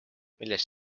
millest